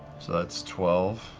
so that's twelve.